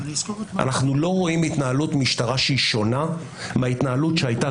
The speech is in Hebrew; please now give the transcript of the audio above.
אנחנו לא רואים התנהלות משטרה שהיא שונה מההתנהלות שהייתה